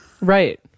Right